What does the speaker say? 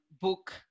book